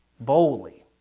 boldly